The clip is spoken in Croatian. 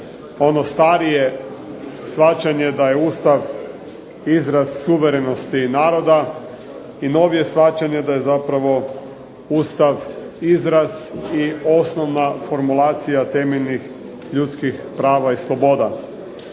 ono starije shvaćanje da je Ustav izraz suverenosti naroda i novije shvaćanje da je zapravo Ustav izraz i osnovna formulacija temeljnih ljudskih prava i sloboda.